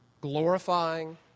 glorifying